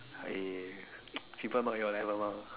I people not your level mah